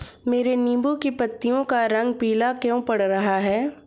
मेरे नींबू की पत्तियों का रंग पीला क्यो पड़ रहा है?